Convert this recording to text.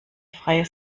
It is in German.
freie